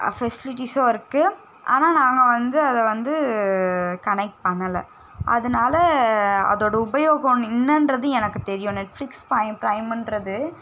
ஃபெசிலிட்டிஸும் இருக்குது ஆனால் நாங்கள் வந்து அதை வந்து கனெக்ட் பண்ணலை அதனால் அதோடய உபயோகம் என்னன்றது எனக்கு தெரியும் நெட்ஃப்ளிக்ஸ் ப்ரை ப்ரைமுன்றது